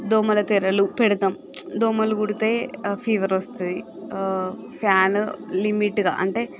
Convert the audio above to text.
దోమతెరలు పెడతాం ప్చ్ దోమలు కుడితే ఫీవర్ వస్తుంది ఫ్యాన్ లిమిట్గా అంటే